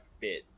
fit